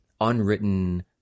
unwritten